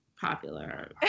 popular